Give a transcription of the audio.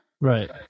right